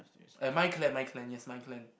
and mind clan mind clan yes mind clan